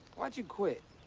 why'd you quit?